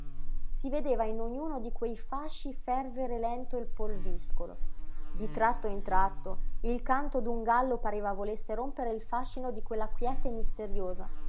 si vedeva in ognuno di quei fasci fervere lento il polviscolo di tratto in tratto il canto d'un gallo pareva volesse rompere il fascino di quella quiete misteriosa